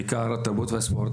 בעיקר התרבות והספורט,